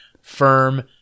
firm